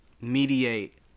mediate